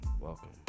Welcome